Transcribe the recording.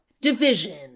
division